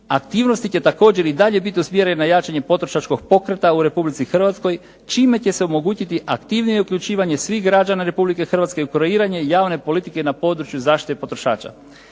Aktivnosti će također i dalje biti usmjerene na jačanje potrošačkog pokreta u Republici Hrvatskoj čime će se omogućiti aktivnije uključivanje svih građana Republike Hrvatske u kreiranje javne politike na području zaštite potrošača.